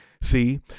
See